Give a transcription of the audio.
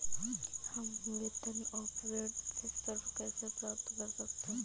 हम वेतन अपरेंटिस ऋण कैसे प्राप्त कर सकते हैं?